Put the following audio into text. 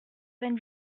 vingt